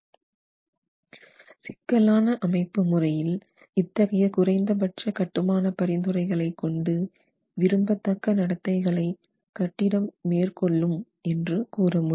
சிக்கலான அமைப்பு முறையில் இத்தகைய குறைந்தபட்ச கட்டுமான பரிந்துரைகளை கொண்டு விரும்பத்தக்க நடத்தைகள் கட்டிடம் மேற்கொள்ளும் என்று கூற முடியாது